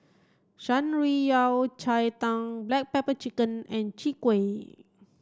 Shan Rui Yao Cai Tang black pepper chicken and Chwee Kueh